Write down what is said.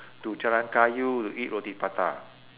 to jalan kayu to eat roti prata